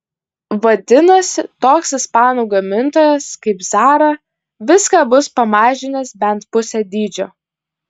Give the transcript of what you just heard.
vadinasi toks ispanų gamintojas kaip zara viską bus pamažinęs bent pusę dydžio